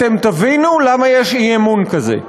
תבינו למה יש אי-אמון כזה.